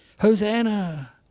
Hosanna